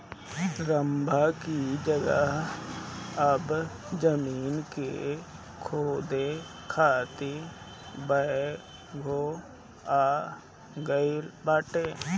रम्भा की जगह अब जमीन के खोदे खातिर बैकहो आ गईल बाटे